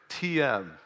TM